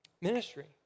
ministry